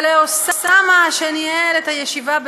ולאוסאמה, שניהל את הישיבה.